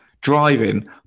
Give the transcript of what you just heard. driving